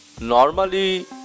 normally